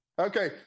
Okay